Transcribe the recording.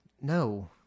No